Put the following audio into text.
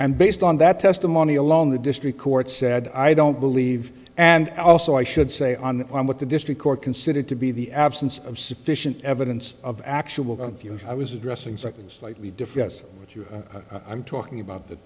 and based on that testimony alone the district court said i don't believe and also i should say on what the district court considered to be the absence of sufficient evidence of actual i was addressing second slightly defense with your i'm talking about the